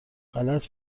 غلط